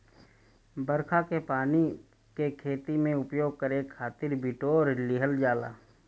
बरखा के पानी के खेती में उपयोग करे खातिर बिटोर लिहल जाला